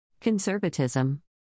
Conservatism